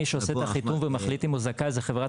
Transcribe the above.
מי שעושה את החיתום ומחליט אם הוא זכאי זו חברת